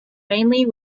mainly